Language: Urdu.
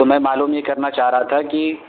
تو میں معلوم یہ کرنا چاہ رہا تھا کہ